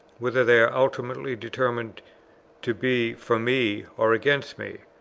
whether they are ultimately determined to be for me or against me.